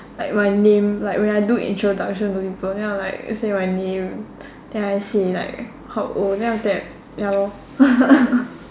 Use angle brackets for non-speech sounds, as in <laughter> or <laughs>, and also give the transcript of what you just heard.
like my name like when I do introduction to people then I'm like say my name then I say like how old then after that ya lor <laughs>